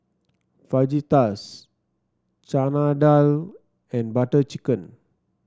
Fajitas Chana Dal and Butter Chicken